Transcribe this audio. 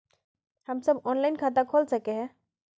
हम सब ऑनलाइन खाता खोल सके है?